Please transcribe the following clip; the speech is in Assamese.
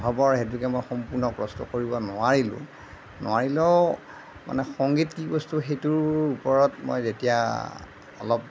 অভাৱৰ হেতুকে মই সম্পূৰ্ণ কষ্ট কৰিব নোৱাৰিলোঁ নোৱাৰিলেও মানে সংগীত কি বস্তু সেইটোৰ ওপৰত মই যেতিয়া অলপ